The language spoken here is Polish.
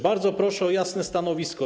Bardzo proszę o jasne stanowisko.